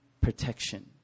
protection